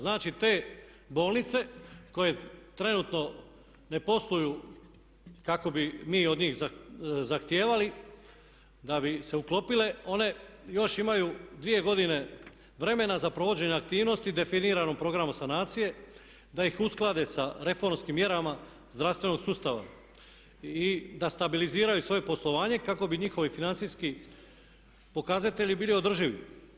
Znači, te bolnice koje trenutno ne posluju kako bi mi od njih zahtijevali da bi se uklopile one još imaju dvije godine vremena za provođenje aktivnosti definirane u programu sanacije da ih usklade sa reformskim mjerama zdravstvenog sustava i da stabiliziraju svoje poslovanje kako bi njihovi financijski pokazatelji bili održivi.